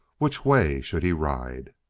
which way should he ride?